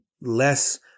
less